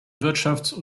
wirtschafts